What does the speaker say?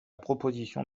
proposition